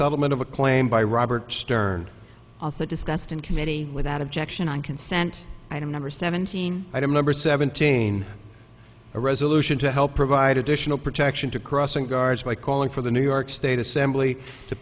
settlement of a claim by robert stern also discussed in committee without objection on consent item number seventeen item number seventeen a resolution to help provide additional protection to crossing guards by calling for the new york state assembly to